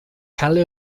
kale